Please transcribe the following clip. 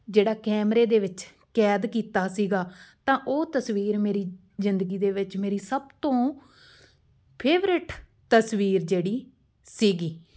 ਜਿਹੜਾ ਕੈਮਰੇ ਦੇ ਵਿੱਚ ਕੈਦ ਕੀਤਾ ਸੀਗਾ ਤਾਂ ਉਹ ਤਸਵੀਰ ਮੇਰੀ ਜ਼ਿੰਦਗੀ ਦੇ ਵਿੱਚ ਮੇਰੀ ਸਭ ਤੋਂ ਫੇਵਰੇਟ ਤਸਵੀਰ ਜਿਹੜੀ ਸੀਗੀ